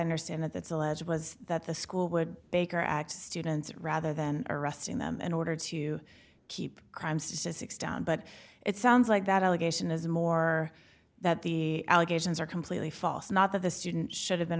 understand it that's alleged was that the school would baker act students rather than arresting them in order to keep crime statistics down but it sounds like that allegation is more that the allegations are completely false not that the student should have been